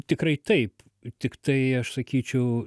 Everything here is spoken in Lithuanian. tikrai taip tiktai aš sakyčiau